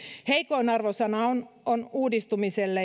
heikoin arvosana on on uudistumisella